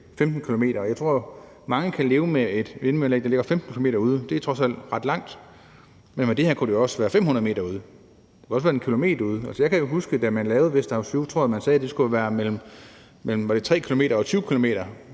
0-15 km. Jeg tror, at mange kan leve med et vindmølleanlæg, der ligger 15 km ude; det er trods alt ret langt. Men med det her kunne det jo også være 500 m ude, og det kunne også være 1 km ude. Altså, jeg kan jo huske, at da man lavede Vesterhav Syd, sagde man, tror jeg, at det skulle være mellem, var det 3 km og 20 km,